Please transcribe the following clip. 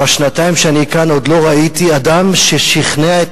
בשנתיים שאני כאן עוד לא ראיתי מי שכנע את